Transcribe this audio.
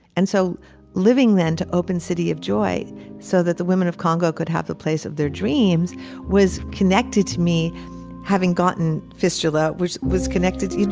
and so living then to open city of joy so that the women of congo could have a place of their dreams was connected to me having gotten fistula which was connected.